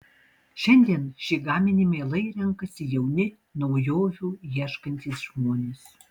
šiandien šį gaminį mielai renkasi jauni naujovių ieškantys žmonės